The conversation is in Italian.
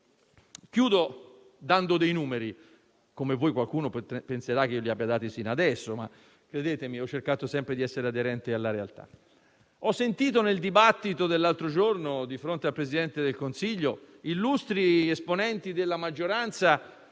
Vorrei dare dei numeri, anche se qualcuno penserà che li abbia dati fino adesso, ma credetemi ho cercato sempre di essere aderente alla realtà. Ho sentito nel dibattito dell'altro giorno, di fronte al Presidente del Consiglio, illustri esponenti della maggioranza